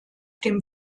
dem